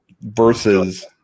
versus